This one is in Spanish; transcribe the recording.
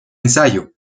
ensayo